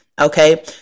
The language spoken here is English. Okay